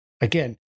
Again